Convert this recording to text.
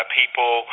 people